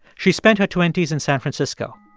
she spent her twenty s in san francisco.